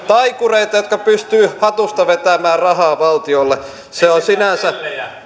taikureita jotka pystyvät hatusta vetämään rahaa valtiolle se on sinänsä